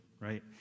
right